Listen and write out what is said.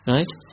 Right